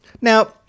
Now